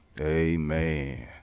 Amen